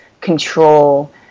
control